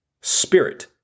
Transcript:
Spirit